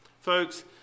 Folks